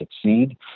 succeed